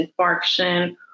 infarction